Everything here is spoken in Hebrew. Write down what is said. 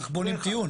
כך בונים טיעון.